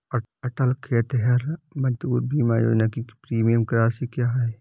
अटल खेतिहर मजदूर बीमा योजना की प्रीमियम राशि क्या है?